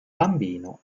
bambino